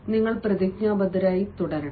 അതിനാൽ നിങ്ങൾ പ്രതിജ്ഞാബദ്ധരായി തുടരണം